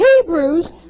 Hebrews